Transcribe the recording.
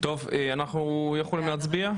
אנחנו מצביעים.